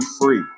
free